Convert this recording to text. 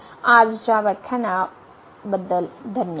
आजच्या व्याख्यानाबद्दल धन्यवाद